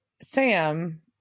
Sam